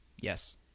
Yes